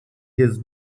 his